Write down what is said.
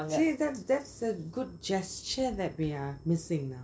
see that's that's the gesture that we are missing